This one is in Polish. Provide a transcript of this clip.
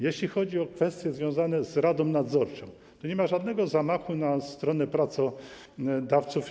Jeśli chodzi o kwestie związane z radą nadzorczą, to tu nie ma żadnego zamachu na stronę pracodawców.